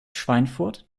schweinfurt